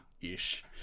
ish